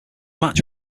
match